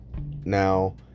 Now